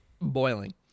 boiling